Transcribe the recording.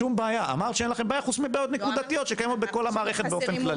אמרת שאין לכם בעיה חוץ מבעיות נקודתיות שקיימות בכל המערכת באופן כללי.